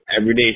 Everyday